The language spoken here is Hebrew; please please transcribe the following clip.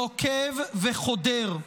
נוקב וחודר,